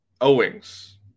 Owings